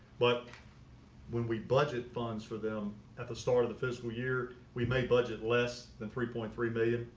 but when we budget funds for them at the start of the fiscal year, we may budget less than three point three million.